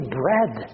bread